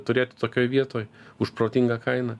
turėti tokioj vietoj už protingą kainą